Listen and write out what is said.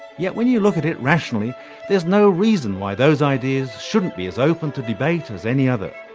yet when you look at it rationally there is no reason why those ideas shouldn't be as open to debate as any other,